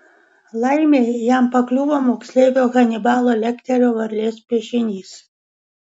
laimei jam pakliuvo moksleivio hanibalo lekterio varlės piešinys